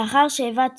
לאחר שיבת ציון,